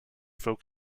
folk